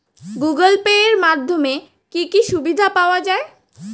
Google Pay এর মাধ্যমে কি কি সুবিধা পাওয়া যায়?